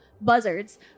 buzzards